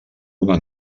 una